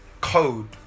code